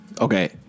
Okay